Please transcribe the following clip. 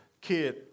kid